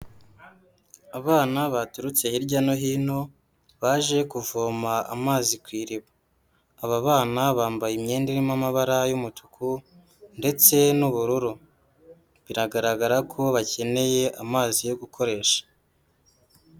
Abana baturutse hirya no hino baje kuvoma amazi ku iriba, aba bana bambaye imyenda irimo amabara y'umutuku ndetse n'ubururu, biragaragara ko bakeneye amazi yo gukoresha.